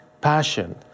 passion